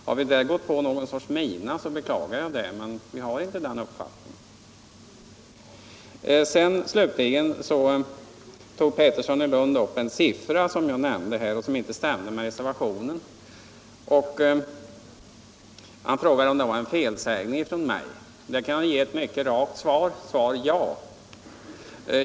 Har vi gått på någon sorts mina beklagar jag det — men vi har inte den uppfattningen. Slutligen tog herr Pettersson i Lund upp en siffra som jag nämnde och som inte stämde med reservationen. Han frågade om det var en felsägning av mig. Det kan jag ge ett mycket rakt svar på: Ja.